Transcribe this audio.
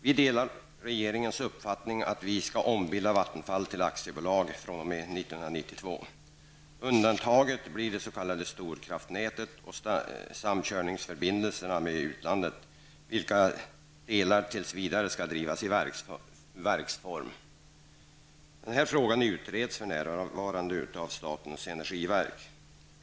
Vi delar regeringens uppfattning att vi skall ombilda Vattenfall till aktiebolag fr.o.m. 1992. Undantaget blir det s.k. storkraftnätet och samkörningsförbindelserna med utlandet, vilka delar tills vidare skall drivas i verksform. Denna fråga utreds för närvarande av statens energiverk.